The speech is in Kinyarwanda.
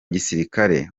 gisirikare